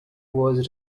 was